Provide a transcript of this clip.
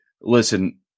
Listen